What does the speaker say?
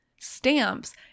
stamps